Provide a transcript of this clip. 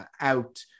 out